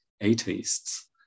atheists